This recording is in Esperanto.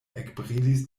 ekbrilis